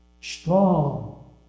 strong